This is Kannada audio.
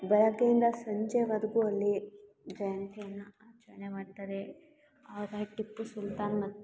ಬೆಳಗ್ಗೆಯಿಂದ ಸಂಜೆವರೆಗೂ ಅಲ್ಲಿ ಜಯಂತಿಯನ್ನು ಆಚರಣೆ ಮಾಡ್ತಾರೆ ಆಗ ಟಿಪ್ಪು ಸುಲ್ತಾನ್